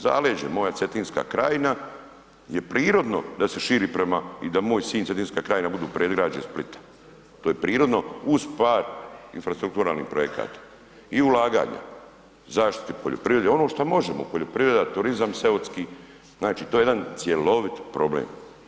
Zaleđe, moja Cetinska krajina je prirodno da se širi prema i da moj Sinj i Cetinska krajina budu predgrađe Splita, to je prirodno uz pad infrastrukturalnih projekata i ulaganja, zaštiti poljoprivrede, ono što možemo poljoprivreda, turizam seoski znači to je jedan cjelovit problem.